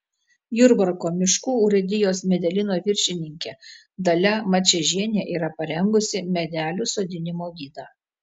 jurbarko miškų urėdijos medelyno viršininkė dalia mačiežienė yra parengusi medelių sodinimo gidą